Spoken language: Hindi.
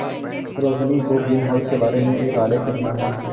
रोशिनी को ग्रीनहाउस के बारे में एक आलेख लिखना है